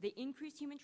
the increase human